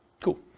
Cool